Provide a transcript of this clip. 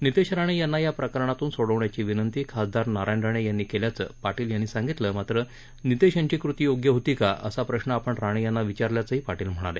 नीतेश राणे यांना या प्रकरणातून सोडवण्याची विनंती खासदार नारायण राणे यांनी केल्याचं पाटील यांनी सांगितलं मात्र नीतेश यांची कृती योग्य होती का असा प्रश्न आपण राणे यांना विचारल्याचं पाटील म्हणाले